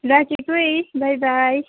राखेको है बाई बाई